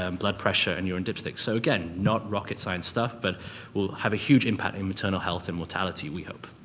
um blood pressure and urine dipsticks. so again, not rocket science stuff, but will have a huge impact in maternal health and mortality we hope.